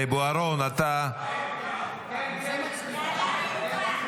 בוארון, אתה --- ועדת חוקה.